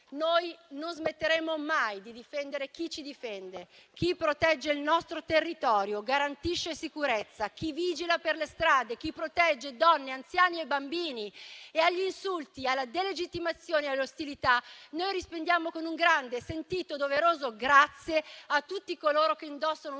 noi non smetteremo mai di difendere chi ci difende, chi protegge il nostro territorio, garantisce sicurezza, chi vigila per le strade, chi protegge donne, anziani e bambini. E agli insulti, alla delegittimazione e all'ostilità, noi rispondiamo con un grande, sentito, doveroso grazie a tutti coloro che indossano una